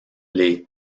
les